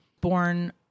born